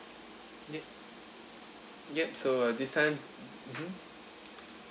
ya yup so uh this time mmhmm